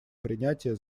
принятия